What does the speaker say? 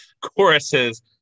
choruses